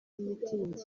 mitingi